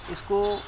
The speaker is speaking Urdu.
اس کو